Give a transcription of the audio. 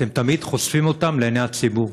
אתם תמיד חושפים אותם לעיני הציבור,